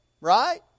right